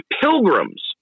Pilgrims